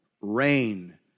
rain